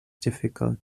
difficult